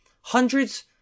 hundreds